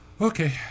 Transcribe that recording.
okay